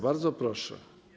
Bardzo proszę.